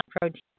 protein